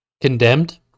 Condemned